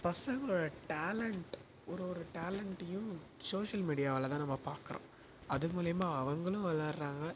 பசங்களோட டேலண்ட் ஒரு ஒரு டேலண்ட்டையும் ஷோஷியல் மீடியாவில் தான் நம்ம பார்க்கறோம் அது மூலிமா அவர்களும் விளையாடுறாங்க